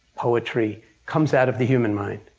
poetry comes out of the human mind.